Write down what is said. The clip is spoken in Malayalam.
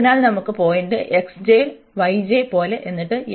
അതിനാൽ നമുക്ക് പോയിന്റ പോലെ എന്നിട്ട്